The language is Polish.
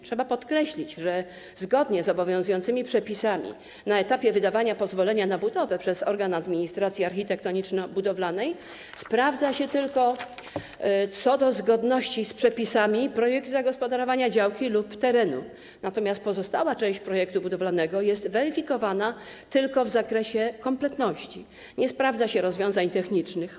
Trzeba podkreślić, że zgodnie z obowiązującymi przepisami na etapie wydawania pozwolenia na budowę przez organ administracji architektoniczno-budowlanej sprawdza się tylko co do zgodności z przepisami projekt zagospodarowania działki lub terenu, natomiast pozostała część projektu budowlanego jest weryfikowana tylko w zakresie kompletności, nie sprawdza się rozwiązań technicznych.